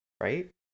right